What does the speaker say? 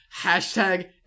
hashtag